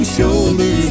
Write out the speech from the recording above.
shoulders